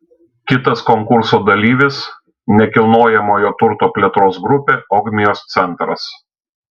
kitas konkurso dalyvis nekilnojamojo turto plėtros grupė ogmios centras